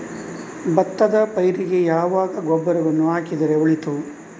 ಭತ್ತದ ಪೈರಿಗೆ ಯಾವಾಗ ಗೊಬ್ಬರವನ್ನು ಹಾಕಿದರೆ ಒಳಿತು?